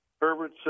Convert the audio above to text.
Herbert